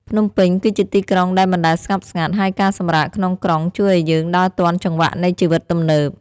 ភ្នំពេញគឺជាទីក្រុងដែលមិនដែលស្ងប់ស្ងាត់ ហើយការសម្រាកក្នុងក្រុងជួយឱ្យយើងដើរទាន់ចង្វាក់នៃជីវិតទំនើប។